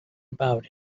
about